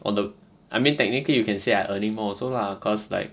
while the I mean technically you can say are earning more also lah cause like